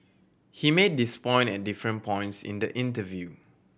he made this point at different points in the interview